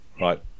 Right